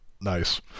Nice